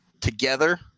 Together